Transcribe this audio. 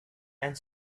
and